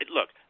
Look